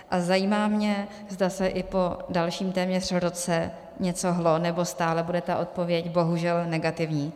A zajímá mě, zda se i po dalším téměř roce něco pohnulo, nebo stále bude ta odpověď bohužel negativní.